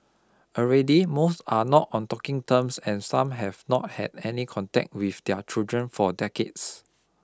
already most are not on talking terms and some have not had any contact with their children for decades